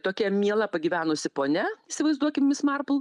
tokia miela pagyvenusi ponia įsivaizduokim mis marpl